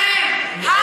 שמם.